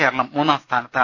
കേരളം മൂന്നാം സ്ഥാനത്താണ്